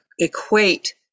equate